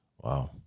Wow